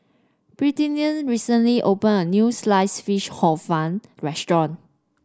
Britany recently opened a new Sliced Fish Hor Fun restaurant